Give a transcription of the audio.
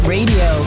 Radio